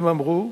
הם אמרו,